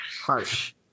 harsh